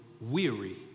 weary